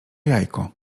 jajko